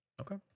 Okay